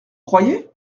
croyez